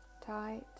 tight